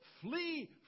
Flee